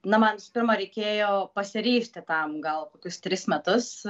na man visų pirma reikėjo pasiryžti tam gal kokius tris metus